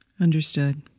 understood